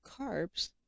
carbs